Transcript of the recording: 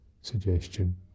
suggestion